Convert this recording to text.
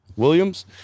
Williams